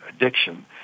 addiction